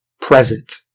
Present